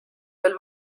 veel